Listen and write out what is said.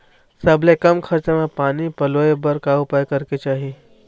सबले कम खरचा मा पानी पलोए बर का उपाय करेक चाही?